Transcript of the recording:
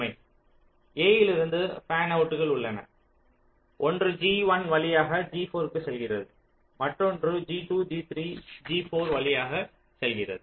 a இலிருந்து பேன் அவுட்கள் உள்ளன ஒன்று G1 வழியாக G4 க்கு செல்கிறது மற்றொன்று G2 G3 G4 வழியாக செல்கிறது